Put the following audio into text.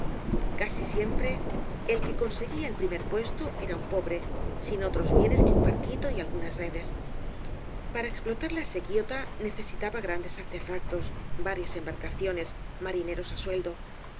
casi siempre el que conseguía el primer puesto era un pobre sin otros bienes que un barquito y algunas redes para explotar la sequidta necesitaba grandes artefactos varias embarcaciones marineros á sueldo